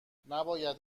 نباید